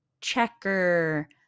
Checker